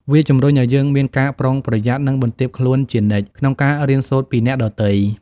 វាជំរុញឲ្យយើងមានការប្រុងប្រយ័ត្ន និងបន្ទាបខ្លួនជានិច្ច ក្នុងការរៀនសូត្រពីអ្នកដទៃ។